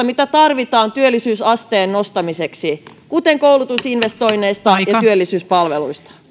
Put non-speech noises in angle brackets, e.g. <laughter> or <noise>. <unintelligible> mitä tarvitaan työllisyysasteen nostamiseksi kuten koulutusinvestoinneista ja työllisyyspalveluista